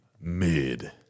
mid